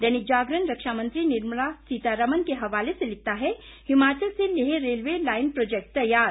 दैनिक जागरण रक्षामंत्री निर्मला सीता रमण के हवाले से लिखता है हिमाचल से लेह रेलवे लाईन प्राजेक्ट तैयार